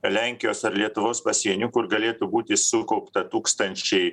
lenkijos ar lietuvos pasienių kur galėtų būti sukaupta tūkstančiai